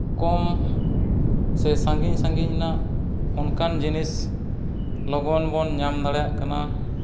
ᱠᱚᱢ ᱥᱮ ᱥᱟᱺᱜᱤᱧ ᱥᱟᱺᱜᱤᱧ ᱨᱮᱱᱟᱜ ᱚᱱᱠᱟᱱ ᱡᱤᱱᱤᱥ ᱞᱚᱜᱚᱱ ᱵᱚᱱ ᱧᱟᱢ ᱫᱟᱲᱮᱭᱟᱜ ᱠᱟᱱᱟ